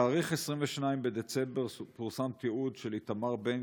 בתאריך 22 בדצמבר פורסם תיעוד של איתמר בן